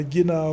Gina